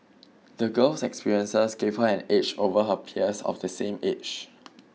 the girl's experiences gave her an edge over her peers of the same age